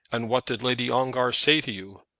and what did lady ongar say to you?